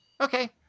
Okay